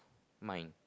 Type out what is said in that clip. mine